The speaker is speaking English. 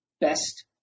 best